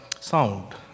sound